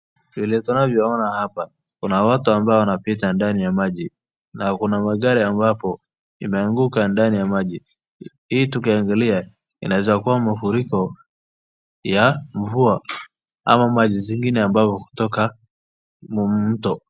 Kuna watu wanaopita ndani ya maji na kuna magari ambapo imeanguka ndani ya maji na tukiangalia inaeza kuwa mafriko ya mvua au maji zingine ambazo hutoka mto.